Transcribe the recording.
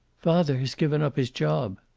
father has given up his job.